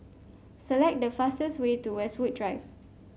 select the fastest way to Westwood Drive